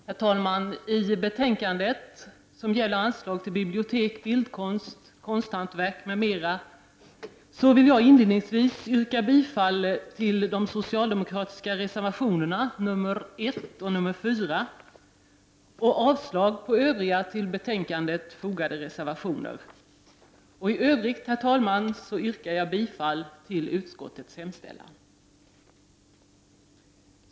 Herr talman! I betänkandet som gäller anslag till bibliotek, bildkonst, konsthantverk m.m. vill jag inledningsvis yrka bifall till de socialdemokratiska reservationerna nr 1 och 4 samt avslag på övriga till betänkandet fogade reservationer. I övrigt yrkar jag bifall till utskottets hemställan.